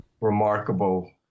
remarkable